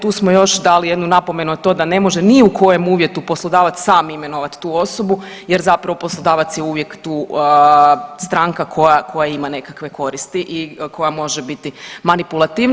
Tu smo još dali jednu napomenu na to da ne može ni u kojem uvjetu poslodavac sam imenovati tu osobu jer zapravo poslodavac je uvijek tu stranka koja, koja ima nekakve koristi i koja može biti manipulativna.